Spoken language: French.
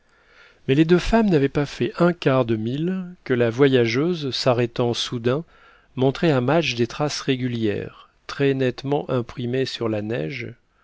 mais les deux femmes n'avaient pas fait un quart de mille que la voyageuse s'arrêtant soudain montrait à madge des traces régulières très nettement imprimées sur la neige